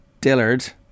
Dillard